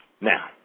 Now